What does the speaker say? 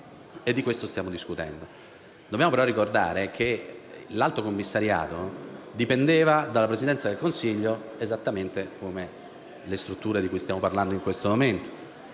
di questo stiamo discutendo. Dobbiamo però ricordare che l'Alto commissariato dipendeva dalla Presidenza del Consiglio esattamente come le strutture di cui stiamo parlando in questo momento.